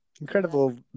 Incredible